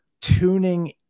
tuning